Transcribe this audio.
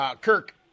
Kirk